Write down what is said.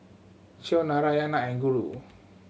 Choor Narayana and Guru